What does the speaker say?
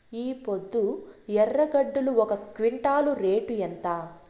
ఈపొద్దు ఎర్రగడ్డలు ఒక క్వింటాలు రేటు ఎంత?